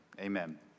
Amen